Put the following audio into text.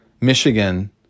Michigan